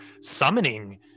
summoning